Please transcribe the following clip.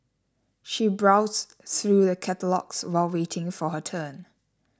she browse through the catalogues while waiting for her turn